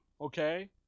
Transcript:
Okay